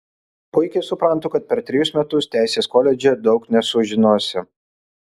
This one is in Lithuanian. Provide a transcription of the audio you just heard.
puikiai suprantu kad per trejus metus teisės koledže daug nesužinosi